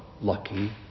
lucky